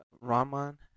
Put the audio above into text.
Raman